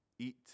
eat